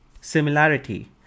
Similarity